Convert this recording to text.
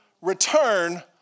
return